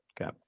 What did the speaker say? Okay